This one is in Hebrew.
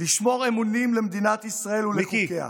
לשמור אמונים למדינת ישראל ולחוקיה,